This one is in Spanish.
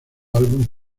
álbum